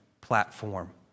platform